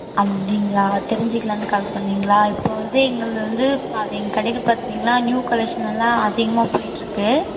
அப்படிங்களா தெரிஞ்சுக்கிலானு கால் பண்ணிங்களா இப்போ வந்து எங்களது வந்து பா எங்கள் கடையில் பார்த்தீங்கன்னா நியூ கலெக்ஷன் எல்லாம் அதிகமாக போய்கிட்டுருக்கு